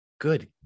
Good